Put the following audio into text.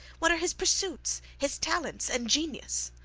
what his pursuits, his talents, and genius?